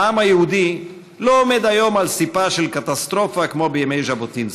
העם היהודי לא עומד היום על סיפה של קטסטרופה כמו בימי ז'בוטינסקי,